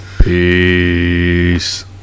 Peace